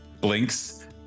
blinks